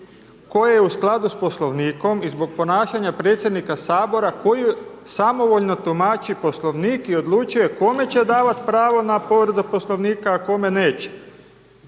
koje je u skladu sa poslovnikom i zbog ponašanja predsjednika Sabora, koji samovoljno tumači poslovnik i odlučuje kome će davati pravo na povredu poslovnika a kome neće.